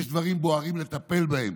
ויש דברים בוערים לטפל בהם,